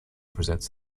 presents